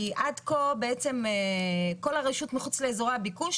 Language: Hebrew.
כי עד כה בעצם כל הרשות מחוץ לאזורי הביקוש